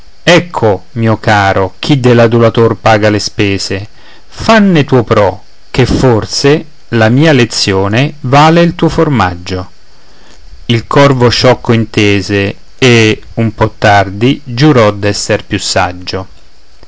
ecco mio caro chi dell'adulator paga le spese fanne tuo pro che forse la mia lezione vale il tuo formaggio il corvo sciocco intese e un po tardi giurò d'esser più saggio